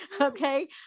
Okay